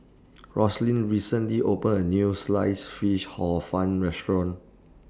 Rosslyn recently opened A New Sliced Fish Hor Fun Restaurant